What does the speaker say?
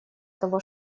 того